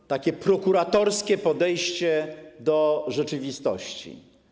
To takie prokuratorskie podejście do rzeczywistości.